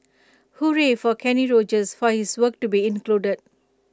hooray for Kenny Rogers for his work to be included